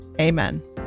Amen